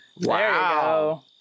Wow